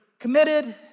committed